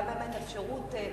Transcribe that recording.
וזה גם נותן אפשרות,